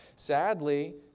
Sadly